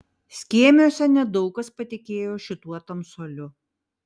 skėmiuose nedaug kas patikėjo šituo tamsuoliu